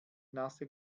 nasse